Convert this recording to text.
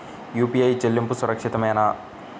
UPI చెల్లింపు సురక్షితమేనా?